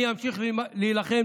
אני אמשיך להילחם".